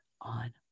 on